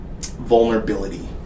vulnerability